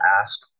ask